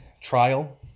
trial